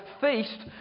feast